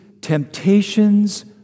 temptations